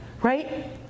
Right